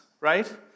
right